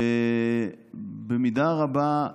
ובמידה רבה,